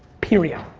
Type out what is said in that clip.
period.